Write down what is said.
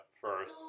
first